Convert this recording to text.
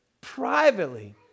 privately